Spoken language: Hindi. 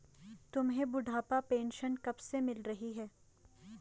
तुम्हें बुढ़ापा पेंशन कब से मिल रही है?